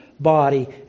body